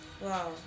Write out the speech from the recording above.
wow